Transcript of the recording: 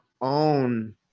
own